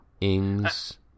Ings